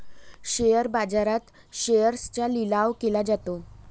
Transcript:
share बाजारात शेअर्सचा लिलाव केला जातो